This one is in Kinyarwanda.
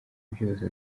byose